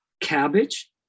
cabbage